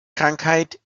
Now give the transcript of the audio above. krankheit